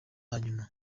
hanyuma